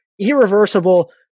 irreversible